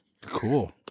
Cool